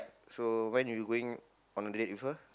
so when you going on a date with her